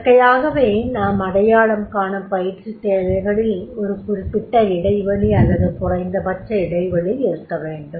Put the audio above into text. இயற்கையாகவே நாம் அடையாளம் காணும் பயிற்சித் தேவைகளில் ஒரு குறிப்பிட்ட இடைவெளி அல்லது குறைந்தபட்ச இடைவெளி இருக்க வேண்டும்